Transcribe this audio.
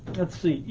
let's see.